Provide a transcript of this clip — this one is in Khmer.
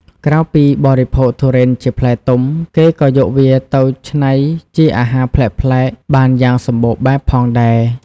ក្រៅពីបរិភោគទុរេនជាផ្លែទុំ គេក៏យកវាទៅច្នៃជាអាហារប្លែកៗបានយ៉ាងសម្បូរបែបផងដែរ។